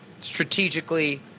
strategically